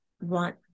want